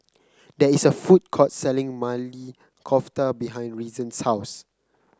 there is a food court selling Maili Kofta behind Reason's house